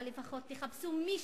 אבל לפחות תחפשו מישהו,